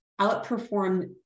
outperformed